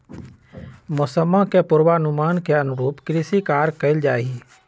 मौसम्मा के पूर्वानुमान के अनुरूप कृषि कार्य कइल जाहई